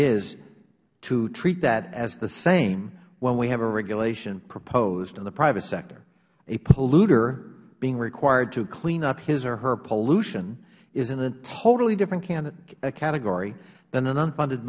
is to treat that as the same when we have a regulation proposed on the private sector a polluter being required to clean up his or her pollution is in a totally different category than an unfunded